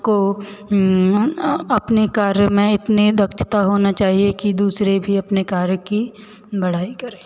को अपने कार्य में इतने दक्षता होनी चाहिए कि दूसरे भी अपने कार्य की बड़ाई करें